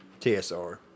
TSR